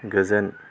गोजोन